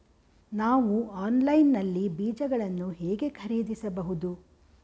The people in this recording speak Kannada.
ನಾವು ಆನ್ಲೈನ್ ನಲ್ಲಿ ಬೀಜಗಳನ್ನು ಹೇಗೆ ಖರೀದಿಸಬಹುದು?